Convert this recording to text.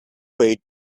paid